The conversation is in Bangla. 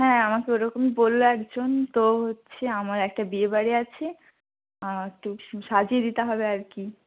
হ্যাঁ আমাকে ওরকমই বলল একজন তো হচ্ছে আমার একটা বিয়েবাড়ি আছে একটু সাজিয়ে দিতে হবে আর কি